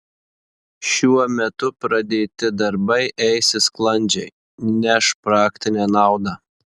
šiuo metu pradėti darbai eisis sklandžiai neš praktinę naudą